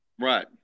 right